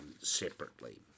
separately